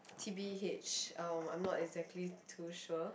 t_b_h um I'm not exactly too sure